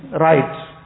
right